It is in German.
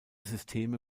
systeme